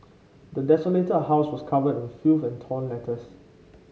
the desolated house was covered in filth and torn letters